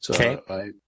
Okay